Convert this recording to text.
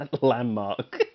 landmark